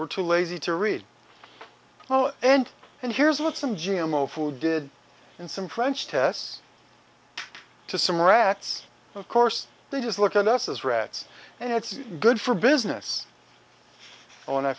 we're too lazy to read well and and here's what some g m o food did in some french tests to some rats of course they just look at us as rats and it's good for business o